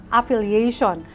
affiliation